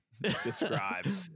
describe